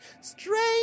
strange